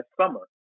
summer